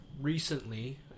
recently